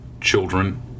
children